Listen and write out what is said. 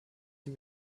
die